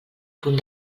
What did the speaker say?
punt